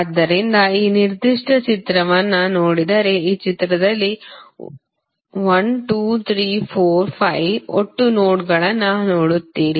ಆದ್ದರಿಂದ ಈ ನಿರ್ದಿಷ್ಟ ಚಿತ್ರವನ್ನು ನೋಡಿದರೆ ಈ ಚಿತ್ರದಲ್ಲಿ 1 2 3 4 5 ಒಟ್ಟು ನೋಡ್ಗಳನ್ನು ನೋಡುತ್ತೀರಿ